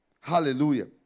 Hallelujah